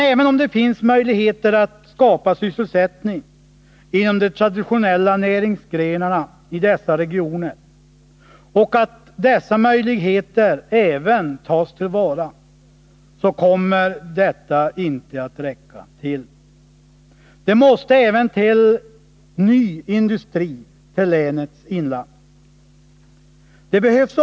Även om det finns möjligheter att skapa sysselsättning inom de traditionella näringsgrenarna i dessa regioner och dessa möjligheter tas till vara, kommer detta inte att räcka till. Det måste även tillkomma ny industri i länets inland.